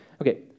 okay